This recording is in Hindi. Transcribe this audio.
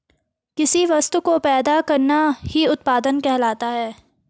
किसी वस्तु को पैदा करना ही उत्पादन कहलाता है